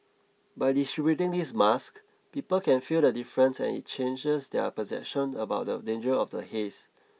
by distributing these masks people can feel the difference and it changes their perception about the danger of the haze